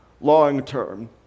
long-term